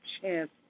chance